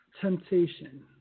temptation